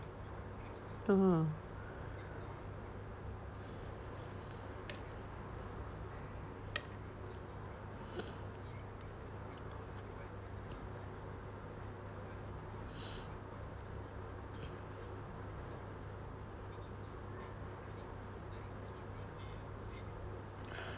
(uh huh)